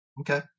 Okay